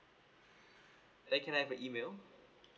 and can I have your email